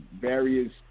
various